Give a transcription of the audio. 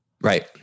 Right